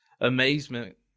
amazement